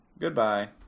Goodbye